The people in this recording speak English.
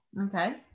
Okay